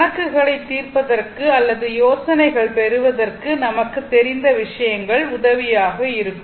கணக்குகளை தீர்ப்பதற்கு அல்லது யோசனைகள் பெறுவதற்குத் நமக்கு தெரிந்த விஷயங்கள் உதவியாக இருக்கும்